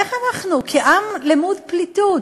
איך אנחנו כעם למוד פליטות,